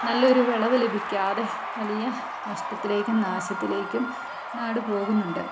നല്ലയൊരു വിളവ് ലഭിക്കാതെ വലിയ നഷ്ടത്തിലേക്കും നാശത്തിലേക്കും നാട് പോകുന്നുണ്ട്